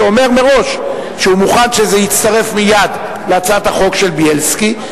שאומר מראש שהוא מוכן שזה יצטרף מייד להצעת החוק של בילסקי,